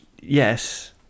Yes